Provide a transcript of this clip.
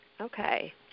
Okay